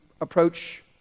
approach